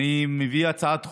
אני מביא הצעת חוק,